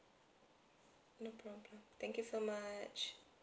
no problem thank you so much